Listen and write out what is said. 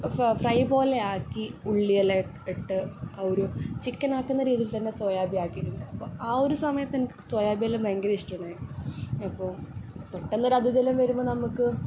ഫ ഫ്രൈ പോലെ ആക്കി ഉള്ളി എല്ലാം ഇട്ട് ഒരു ചിക്കൻ ആക്കുന്ന രീതീ തന്നെ സൊയാബിന് ആക്കിയിട്ടുണ്ട് അപ്പം ആ ഒര് സമയത്ത് എനക്ക് സൊയാബീല്ലാ ഭയങ്കര ഇഷ്ട്ടവോണ്ടായി അപ്പോൾ പെട്ടന്നൊരഥിതി എല്ലാം വരുമ്പോൾ നമുക്ക്